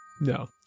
No